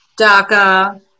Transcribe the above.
DACA